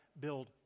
build